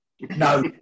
No